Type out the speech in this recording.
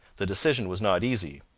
the decision was not easy.